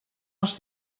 els